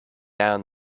down